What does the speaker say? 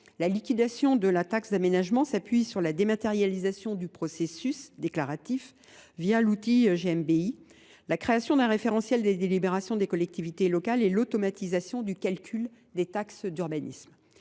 la liquidation de la taxe d’aménagement s’appuie sur la dématérialisation du processus déclaratif l’outil GMBI, la création d’un référentiel des délibérations des collectivités locales et l’automatisation du calcul des taxes d’urbanisme.